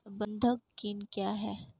बंधक ऋण क्या है?